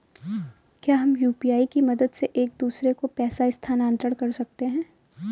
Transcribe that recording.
क्या हम यू.पी.आई की मदद से एक दूसरे को पैसे स्थानांतरण कर सकते हैं?